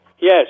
Yes